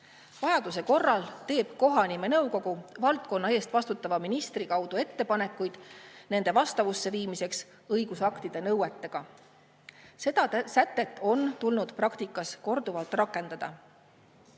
Vajaduse korral teeb kohanimenõukogu valdkonna eest vastutava ministri kaudu ettepanekuid nimede vastavusse viimiseks õigusaktide nõuetega. Seda sätet on tulnud praktikas korduvalt rakendada.